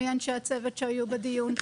מי אנשי הצוות שהיו בדיון.